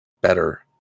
better